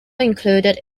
included